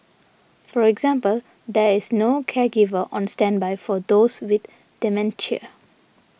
for example there is no caregiver on standby for those with dementia